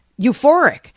euphoric